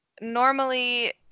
normally